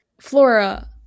Flora